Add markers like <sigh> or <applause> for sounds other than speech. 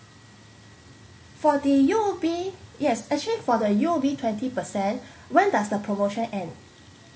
for the U_O_B yes actually for the U_O_B twenty percent <breath> when does the promotion end